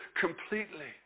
completely